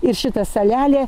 ir šita salelė